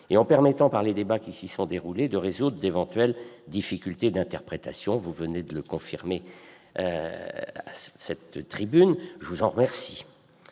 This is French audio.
et en permettant, par les débats qui s'y sont déroulés, de résoudre d'éventuelles difficultés d'interprétation ». Vous venez de confirmer ce propos et je vous en remercie.